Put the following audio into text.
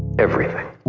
everything.